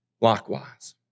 likewise